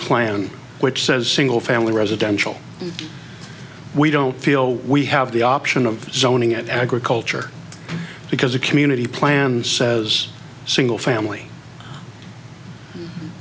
plan which says single family residential we don't feel we have the option of zoning of agriculture because the community plan says single family